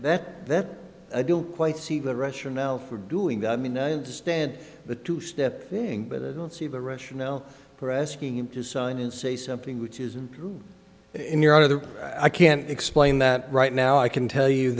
that that i don't quite see the russian now for doing that i mean i understand the two step thing but i don't see the rationale for asking him to sign and say something which isn't in your other i can't explain that right now i can tell you